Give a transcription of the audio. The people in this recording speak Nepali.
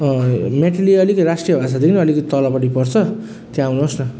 अँ मेटली अलिक राष्ट्रिय भाषादेखि अलिक तलपट्टि पर्छ त्यहाँ आउनुहोस् न